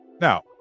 Now